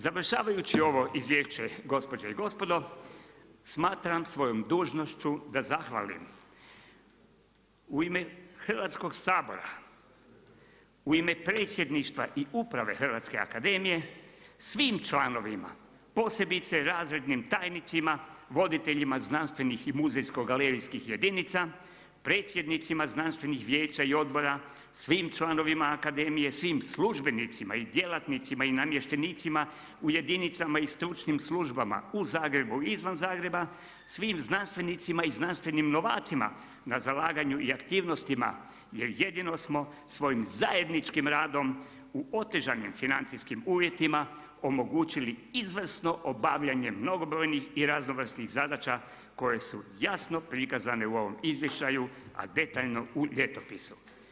Završavajući ovo izvješće, gospođe i gospodo, smatram svojom dužnošću da zahvalim u ime Hrvatskog sabora, u ime Predsjedništva i Uprave Hrvatske akademije, svim članovima, posebice razrednim tajnicima, voditeljima znanstvenih i muzejsko-galerijskih jedinica, predsjednicima znanstvenih vijeća i odbora, svim članovima akademije, svim službenicima i djelatnicima i namještenicima u jedinicama i stručnim službama u Zagrebu i izvan Zagreba, svim znanstvenicima, i znanstvenim novacima, na zalaganju i aktivnostima, jer jedino smo svojim zajedničkim radom u otežanim financijskim uvjetima omogućili izvrsno obavljanje mnogobrojnih i raznovrsnih zadaća koje su jasno prikazane u ovom izvještaju, a detaljno u Ljetopisu.